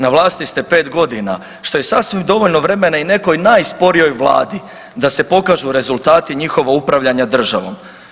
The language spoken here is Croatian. Na vlasti ste 5 godina, što je sasvim dovoljno vremena i nekoj najsporijoj vladi da se pokažu rezultati njihovog upravljanja državom.